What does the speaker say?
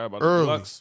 early